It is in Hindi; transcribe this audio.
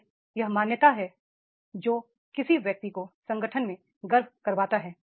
इसलिए यह मान्यता है जो किसी व्यक्ति को संगठन में गर्व कराता है